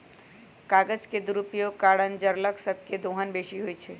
कागज के दुरुपयोग के कारण जङगल सभ के दोहन बेशी होइ छइ